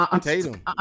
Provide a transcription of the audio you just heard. Tatum